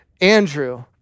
Andrew